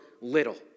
little